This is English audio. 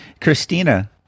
Christina